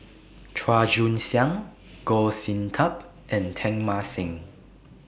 Chua Joon Siang Goh Sin Tub and Teng Mah Seng